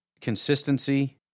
consistency